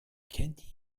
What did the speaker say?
kennt